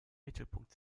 mittelpunkt